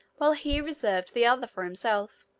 while he reserved the other for himself.